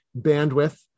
bandwidth